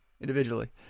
individually